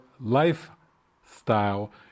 lifestyle